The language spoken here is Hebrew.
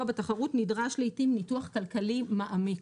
בתחרות נדרש לעיתים ניתוח כלכלי מעמיק.